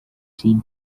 siim